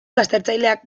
baztertzaileak